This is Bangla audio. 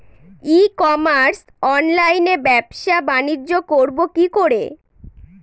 ই কমার্স অনলাইনে ব্যবসা বানিজ্য করব কি করে?